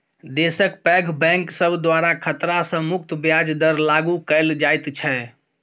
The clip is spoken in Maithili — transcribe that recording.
देशक पैघ बैंक सब द्वारा खतरा सँ मुक्त ब्याज दर लागु कएल जाइत छै